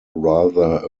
rather